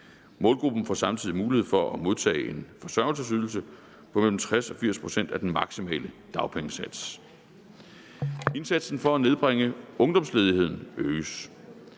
Målgruppen får samtidig mulighed for at modtage en forsørgelsesydelse på mellem 60 pct. og 80 pct. af den maksimale dagpengesats. Indsatsen for at nedbringe ungdomsledigheden øges.